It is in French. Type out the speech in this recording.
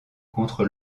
contre